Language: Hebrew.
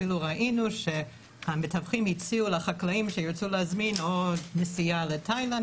אפילו ראינו שהמתווכים הציעו לחקלאים שירצו להזמין עוד נסיעה לתאילנד,